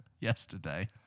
yesterday